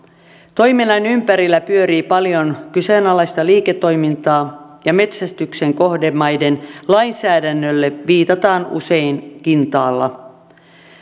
toiminnan ympärillä pyörii paljon kyseenalaista liiketoimintaa ja metsästyksen kohdemaiden lainsäädännölle viitataan usein kintaalla